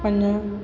पंज